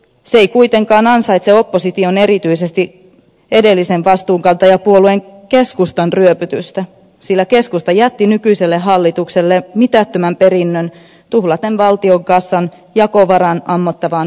se ei kuitenkaan ansaitse opposition erityisesti edellisen vastuunkantajapuolueen keskustan ryöpytystä sillä keskusta jätti nykyiselle hallitukselle mitättömän perinnön tuhlaten valtionkassan jakovaran ammottavaan alijäämän tilaan